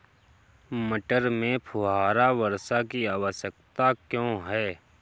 मटर में फुहारा वर्षा की आवश्यकता क्यो है?